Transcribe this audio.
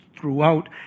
throughout